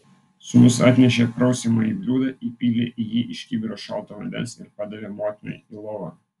sūnus atnešė prausiamąjį bliūdą įpylė į jį iš kibiro šalto vandens ir padavė motinai į lovą